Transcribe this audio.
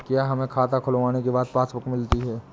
क्या हमें खाता खुलवाने के बाद पासबुक मिलती है?